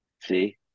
See